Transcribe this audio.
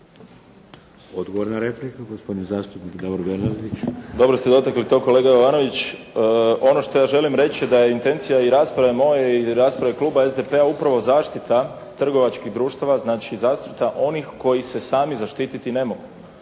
Odgovor na repliku gospodin zastupnik Davor Bernardić. **Bernardić, Davor (SDP)** Dobro ste dotakli to kolega Jovanović, ono što ja želim reći da je intencija i rasprava moja i rasprava Kluba SDP-a, upravo zaštita trgovačkih društava, znači zaštita onih koji se sami zaštiti ne mogu